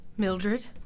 Mildred